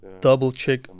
double-check